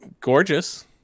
gorgeous